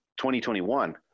2021